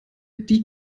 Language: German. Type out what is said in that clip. die